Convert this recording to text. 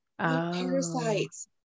parasites